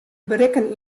berikken